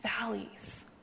valleys